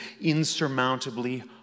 insurmountably